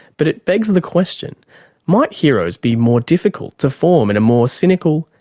but it begs the question might heroes be more difficult to form in a more cynical,